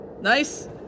Nice